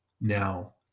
Now